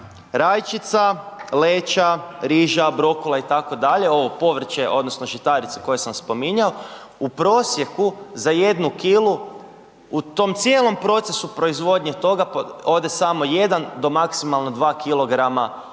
rajčica, leća, riža, brokula itd., ovo povrće odnosno žitarice koje sam spominjao u prosjeku za jednu kilu u tom cijelom procesu proizvodnje toga ode samo jedan do maksimalno dva